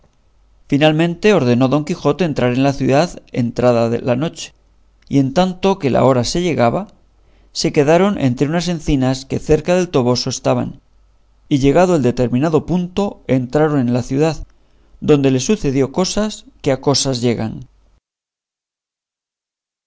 finalmente ordenó don quijote entrar en la ciudad entrada la noche y en tanto que la hora se llegaba se quedaron entre unas encinas que cerca del toboso estaban y llegado el determinado punto entraron en la ciudad donde les sucedió cosas que a cosas llegan